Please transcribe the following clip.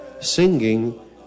singing